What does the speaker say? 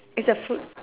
it's a food